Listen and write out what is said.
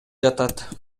жатат